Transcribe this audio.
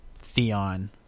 Theon